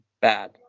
bad